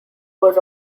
was